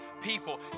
people